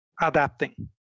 Adapting